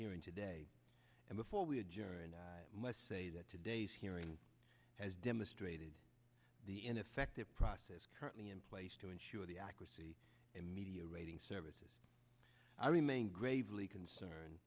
hearing today and before we adjourned i must say that today's hearing has demonstrated the ineffective process currently in place to ensure the accuracy in media rating services i remain gravely concern